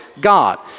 God